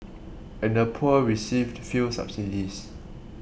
and the poor received few subsidies